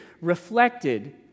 reflected